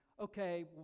okay